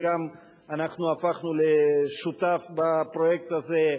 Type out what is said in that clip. שאנחנו הפכנו לשותפים בפרויקט הזה,